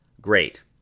Great